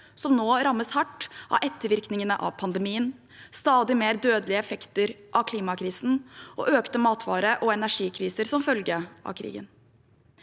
som nå rammes hardt av ettervirkningene av pandemien, stadig mer dødelige effekter av klimakrisen og økte matvare- og energipriser som følge av krigen.